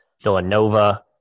Villanova